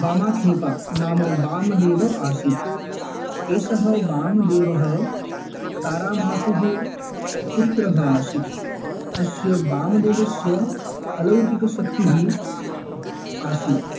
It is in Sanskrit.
वामाक्षेपा नाम वामदेवः आसीत् एषः वामदेवः तारामातुः पुत्रः आसीत् अस्य वामदेवस्य अलौकिक शक्तिः आसीत्